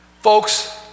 Folks